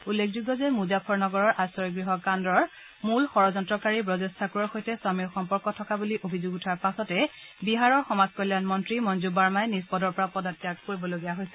উল্লেখযোগ্য যে মুজাফ্ফৰনগৰ আশ্ৰয় গৃহ কাণ্ডৰ মূল ষড়যন্ত্ৰকাৰী ব্ৰজেশ ঠাকুৰৰ সৈতে স্বামীৰ সম্পৰ্ক থকা বুলি অভিযোগ উঠাৰ পাছতে বিহাৰৰ সমাজ কল্যাণ মন্নী মঞ্জূ বাৰ্মাই নিজ পদৰ পৰা পদত্যাগ কৰিবলগীয়া হৈছিল